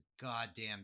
goddamn